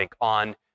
on